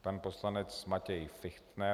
Pan poslanec Matěj Fichtner.